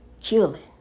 killing